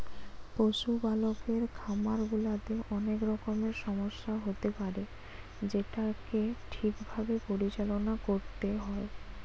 পশুপালকের খামার গুলাতে অনেক রকমের সমস্যা হতে পারে যেটোকে ঠিক ভাবে পরিচালনা করতে হয়